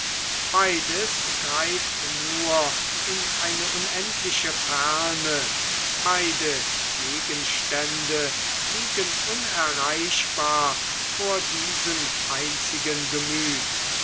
beides greift nur in eine unendliche ferne beide gegenstände liegen unerreichbar vor diesem einzigen gemüt